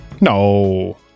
No